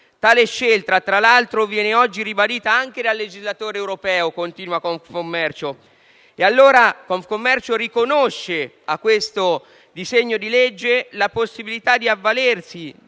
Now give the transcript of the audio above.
Tale scelta, tra l'altro, viene oggi ribadita anche dal legislatore europeo, quindi Confcommercio riconosce a questo disegno di legge la possibilità di avvalersi